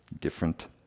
different